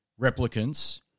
replicants